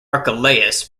archelaus